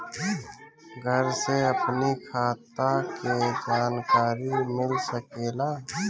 घर से अपनी खाता के जानकारी मिल सकेला?